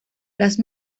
las